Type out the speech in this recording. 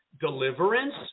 deliverance